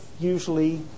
usually